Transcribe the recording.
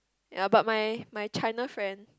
ye but my my China friend